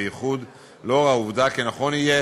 בייחוד לאור העובדה כי נכון יהיה